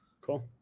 cool